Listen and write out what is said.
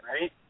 right